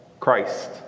Christ